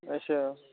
अच्छा